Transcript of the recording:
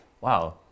wow